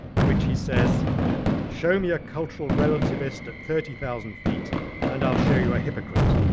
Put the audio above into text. in which he says show me a cultural relativist at thirty thousand feet and i'll show you a hypocrite.